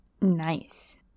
Nice